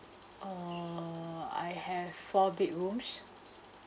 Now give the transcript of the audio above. err I have four bedrooms